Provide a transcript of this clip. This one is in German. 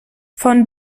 von